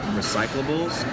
recyclables